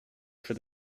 for